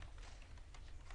אין בעיה.